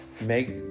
make